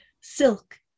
silk